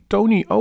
Tony